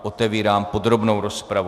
Otevírám podrobnou rozpravu.